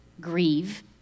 grieve